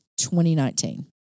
2019